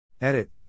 Edit